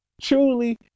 truly